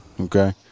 okay